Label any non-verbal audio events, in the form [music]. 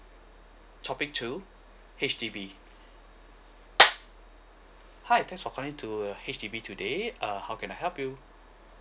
topic two H_D_B [noise] hi thanks for calling to H_D_B today uh how can I help you